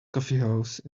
coffeehouse